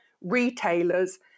retailers